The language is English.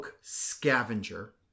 scavenger